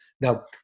Now